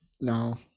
no